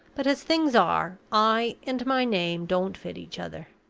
but as things are, i and my name don't fit each other.